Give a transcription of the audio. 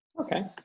Okay